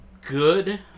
good